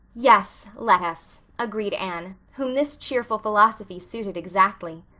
yes, let us, agreed anne, whom this cheerful philosophy suited exactly,